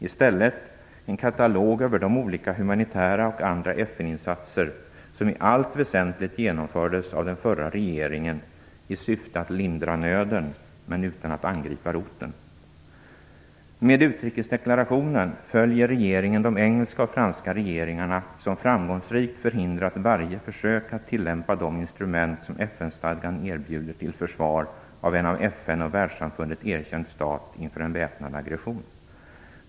I stället finns det en katalog över de olika humanitära och andra FN-insatser som i allt väsentligt genomfördes av den förra regeringen i syfte att lindra nöden men utan att angripa roten. Med utrikesdeklarationen följer regeringen de engelska och franska regeringarna, som framgångsrikt har förhindrat varje försök att tillämpa de instrument som FN-stadgan erbjuder till försvar av en av FN och Världssamfundet erkänd stat inför en väpnad aggression.